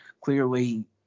clearly